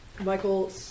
Michael